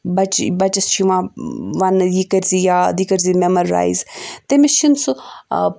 بَچہٕ بَچیٚس چھُ یِوان وَننہٕ یہِ کٔرۍ زِ یاد یہِ کٔرۍ زِ میٚمورایز تٔمِس چھُنہٕ سُہ ٲں